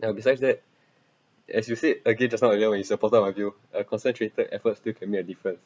and besides that as you said again just now earlier when you support my view a concentrated effort still can make a difference